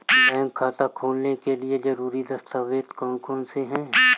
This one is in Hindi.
बैंक खाता खोलने के लिए ज़रूरी दस्तावेज़ कौन कौनसे हैं?